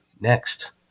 next